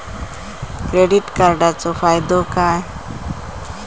Credit कार्डाचो फायदो काय?